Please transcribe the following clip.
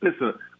Listen